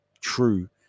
true